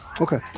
Okay